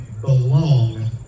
belong